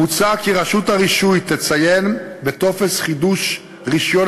מוצע כי רשות הרישוי תציין בטופס חידוש רישיון